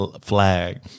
flag